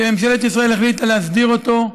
שממשלת ישראל החליטה להסדיר אותו,